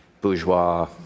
bourgeois